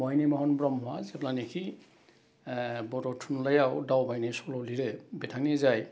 महिनि महन ब्रह्मआ जेब्लानाखि बड' थुनलाइयाव दावबायनाय सल' लिरो बिथांनि जाय